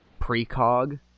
precog